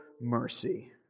mercy